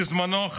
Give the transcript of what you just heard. בזמנו,